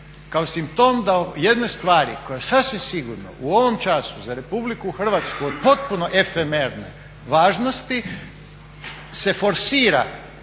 kao simptom da u jednoj stvari koja je sasvim sigurno u ovom času za Republiku Hrvatsku od potpuno efemerne važnosti se forsira